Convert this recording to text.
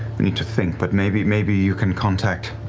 i need to think, but maybe, maybe you can contact